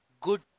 good